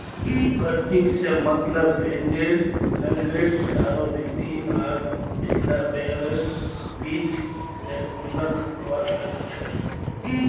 crutching से मतलब भेडेर नेंगड चारों भीति आर पिछला पैरैर बीच से ऊनक हटवा से छ